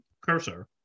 cursor